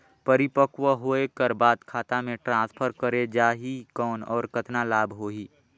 परिपक्व होय कर बाद खाता मे ट्रांसफर करे जा ही कौन और कतना लाभ होही?